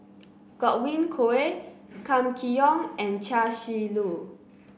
Godwin Koay Kam Kee Yong and Chia Shi Lu